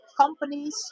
companies